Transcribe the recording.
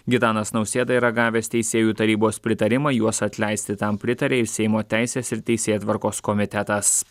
gitanas nausėda yra gavęs teisėjų tarybos pritarimą juos atleisti tam pritarė ir seimo teisės ir teisėtvarkos komitetas